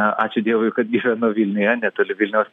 na ačiū dievui kad gyvenu vilniuje netoli vilniaus